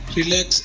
relax